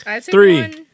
Three